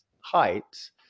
heights